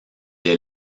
est